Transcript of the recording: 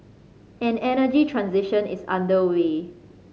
an energy transition is underway